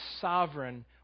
sovereign